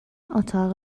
اتاق